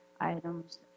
items